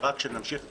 שנמשיך ככה,